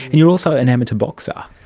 and you're also an amateur boxer.